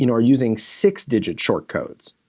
you know are using six-digit short codes.